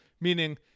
Meaning